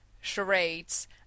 charades